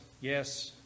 yes